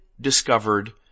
discovered